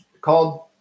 called